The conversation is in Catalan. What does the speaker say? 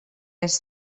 ens